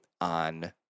on